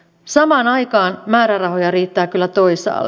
samaan aikaan määrärahoja riittää kyllä toisaalle